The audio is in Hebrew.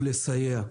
הוא לסייע.